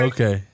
Okay